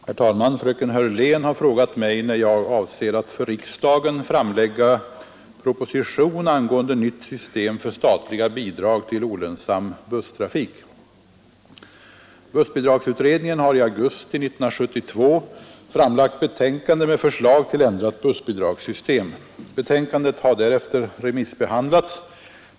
Herr talman! Fröken Hörlén har frågat mig när jag avser att för riksdagen framlägga proposition angående nytt system för statliga bidrag till olönsam busstrafik. Bussbidragsutredningen har i augusti 1972 framlagt betänkande med förslag till ändrat bussbidragssystem. Betänkandet har därefter remissbehandlats.